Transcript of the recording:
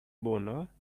boner